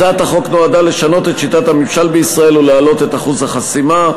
הצעת החוק נועדה לשנות את שיטת הממשל בישראל ולהעלות את אחוז החסימה.